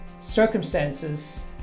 circumstances